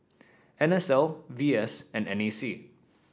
N S L V S and N A C